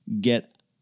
get